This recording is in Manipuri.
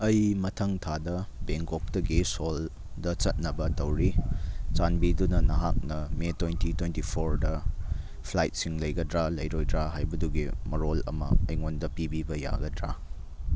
ꯑꯩ ꯃꯊꯪ ꯊꯥꯗ ꯕꯦꯡꯀꯣꯛꯇꯒꯤ ꯁꯣꯜꯗ ꯆꯠꯅꯕ ꯇꯧꯔꯤ ꯆꯥꯟꯕꯤꯗꯨꯅ ꯅꯍꯥꯛꯅ ꯃꯦ ꯇ꯭ꯋꯦꯟꯇꯤ ꯇ꯭ꯋꯦꯟꯇꯤ ꯐꯣꯔꯗ ꯐ꯭ꯂꯥꯏꯠꯁꯤꯡ ꯂꯩꯒꯗ꯭ꯔꯥ ꯂꯩꯔꯣꯏꯗ꯭ꯔꯥ ꯍꯥꯏꯕꯗꯨꯒꯤ ꯃꯔꯣꯜ ꯑꯃ ꯑꯩꯉꯣꯟꯗ ꯄꯤꯕꯤꯕ ꯌꯥꯒꯗ꯭ꯔ